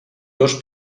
dos